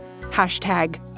hashtag